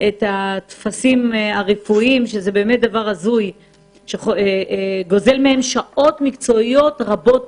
את הטפסים שזה גוזל מהם שעות טיפול רבות,